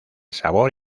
sabor